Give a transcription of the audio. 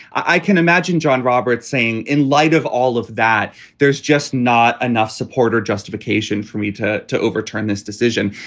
i can imagine john roberts saying in light of all of that, there's just not enough support or justification for me to to overturn this decision.